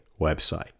website